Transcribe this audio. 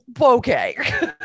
okay